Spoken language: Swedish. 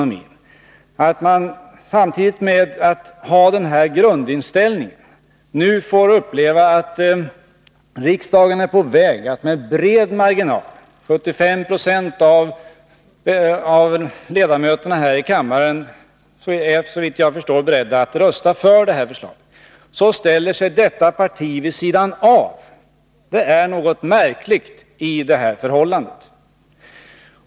Såvitt jag förstår är nu 75 96 av ledamöterna häri kammaren beredda att rösta för vårt förslag, och det skulle alltså vara på väg att antas med bred marginal. Men samtidigt som moderata samlingspartiet förklarar sig ha den grundinställning som man tidigare givit uttryck åt ställer sig partiet i dag vid sidan av förslaget. Det är någonting märkligt i det här förhållandet.